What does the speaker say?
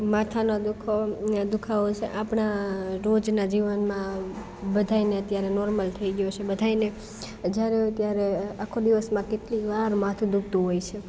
માથાનો દુખાવો દુખાવો છે આપણાં રોજના જીવનમાં બધાંયને અત્યારે નોર્મલ થઈ ગયો છે બધાંયને જ્યારે હોય ત્યારે આખો દિવસમાં કેટલી વાર માથું દુખતું હોય છે